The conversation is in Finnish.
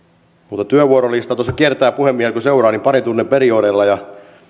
uutta työvuorolistaa tuossa kiertävää puhemiestä kun seuraa niin parin tunnin periodeilla vaihtuu ja